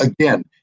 again